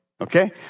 Okay